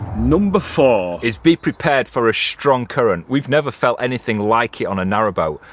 number four is be prepared for a strong current we've never felt anything like it on a narrowboat,